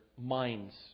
minds